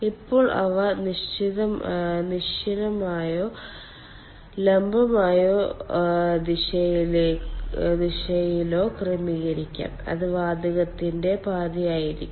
ഇപ്പോൾ അവ തിരശ്ചീനമായോ ലംബമായോ ലംബമായ ദിശയിലോ ക്രമീകരിക്കാം അത് വാതകത്തിന്റെ പാതയായിരിക്കും